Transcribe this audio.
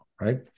Right